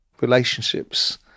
relationships